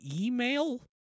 email